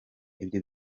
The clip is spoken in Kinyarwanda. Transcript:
ibyo